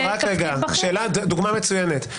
דוגמה מצוינת.